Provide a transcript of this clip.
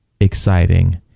exciting